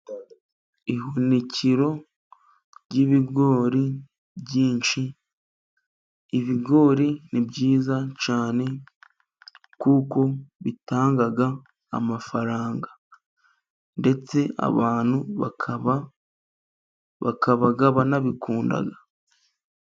Ihunikiro ry'ibigori byinshi, ibigori ni byiza cyane kuko bitanga amafaranga ndetse abantu bakaba bakaba banabikunda.